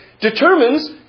determines